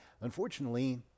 Unfortunately